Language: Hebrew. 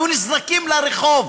היו נזרקים לרחוב.